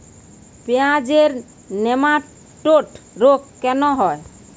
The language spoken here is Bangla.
পেঁয়াজের নেমাটোড রোগ কেন হয়?